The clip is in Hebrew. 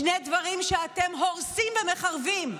שני דברים שאתם הורסים ומחרבים.